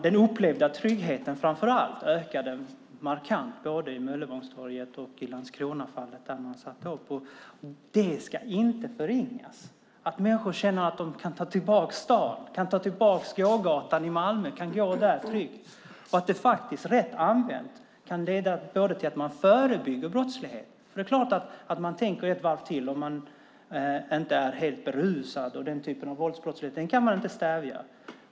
Den upplevda tryggheten ökade markant både vid Möllevångstorget och i Landskronafallet när man satte upp kameror. Det ska inte förringas att människor känner att de kan ta tillbaka staden, kan ta tillbaka gågatan i Malmö och gå där tryggt. Rätt använt kan det leda till att man förebygger brottslighet. Det är klart att människor tänker ett varv till om de inte är helt berusade. Den typen av våldsbrottslighet kan man inte stävja.